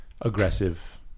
Aggressive